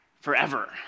forever